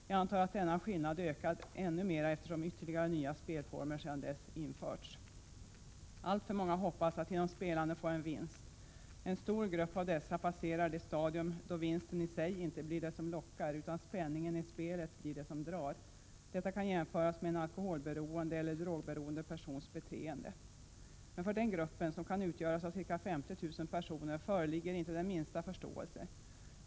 Jag antar att denna skillnad ökat ännu mera, eftersom ytterligare nya spelformer sedan den här tidpunkten införts. Alltför många hoppas att genom spelande få en vinst. En stor grupp av dessa passerar det stadium då vinsten i sig inte blir det som lockar, utan spänningen i spelet blir det som drar. Detta kan jämföras med en alkoholberoende eller drogberoende persons beteende. Men för denna grupp, som utgörs av ca 50 000 personer, föreligger inte den minsta förståelse.